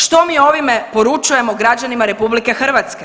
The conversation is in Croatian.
Što mi ovime poručujemo građanima RH?